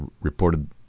reported